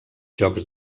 jocs